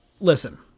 Listen